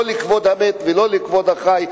לא בכבוד המת ולא בכבוד החי.